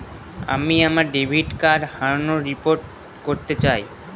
আমি আমার debit card হারানোর রিপোর্ট করতে চাই